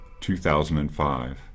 2005